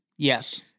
Yes